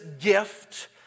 gift